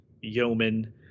Yeoman